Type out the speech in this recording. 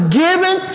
given